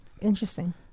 Interesting